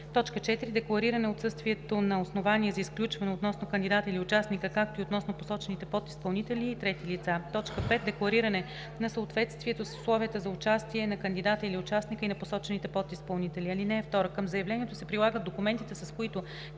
4. деклариране отсъствието на основание за изключване относно кандидата или участника, както и относно посочените подизпълнители и трети лица; 5. деклариране на съответствието с условията за участие на кандидата или участника и на посочените подизпълнители. (2) Към заявлението се прилагат документите, с които